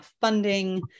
funding